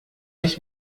ich